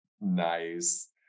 nice